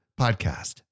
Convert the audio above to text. podcast